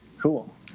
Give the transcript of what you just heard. Cool